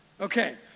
Okay